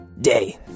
Day